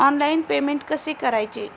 Online payment कसे करायचे?